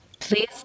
Please